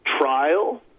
trial